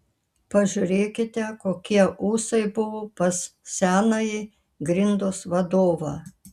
pažiūrėkite kokie ūsai buvo pas senąjį grindos vadovą